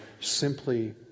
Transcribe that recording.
simply